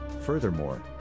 Furthermore